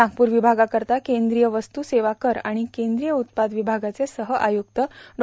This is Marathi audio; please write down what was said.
नागपूर विभागाकरिता केंद्रीय वस्तू सेवा कर आणि केंद्रीय उत्पाद विभागाचे सह आय्रक्त डॉ